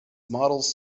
models